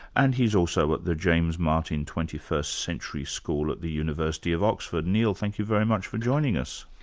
and he's also at the james martin twenty first century school at the university of oxford. neil, thank you very much for joining us.